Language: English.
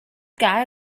guy